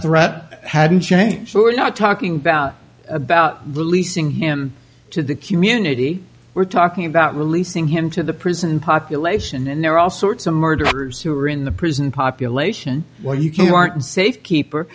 threat hadn't changed or not talking about about the leasing him to the community we're talking about releasing him to the prison population and there are all sorts of murders who are in the prison population where you can you aren't safe keeper